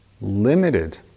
limited